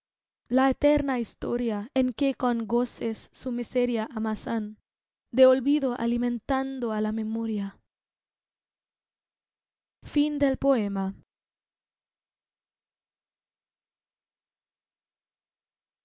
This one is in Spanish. la eterna historia en que con goces su miseria amasan de olvido alimentando á la memoria